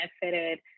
benefited